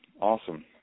Awesome